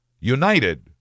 United